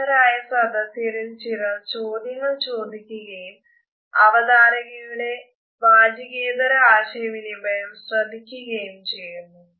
അക്ഷമരായ സദസ്യരിൽ ചിലർ ചോദ്യങ്ങൾ ചോദിക്കുകയും അവതാരകയുടെഅവതാരകന്റെ വാചികേതര ആശയവിനിമയം ശ്രദ്ധിക്കുകയും ചെയ്യുന്നു